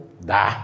Da